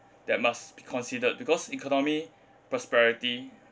that must be considered because economy prosperity